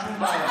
אין שום בעיה.